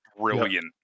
brilliant